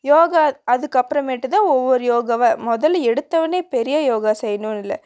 யோகா அதுக்கப்புறமேட்டு தான் ஒவ்வொரு யோகாவா முதல்ல எடுத்தவொடனே பெரிய யோகா செய்யணுன்னு இல்லை